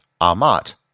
amat